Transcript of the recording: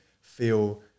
feel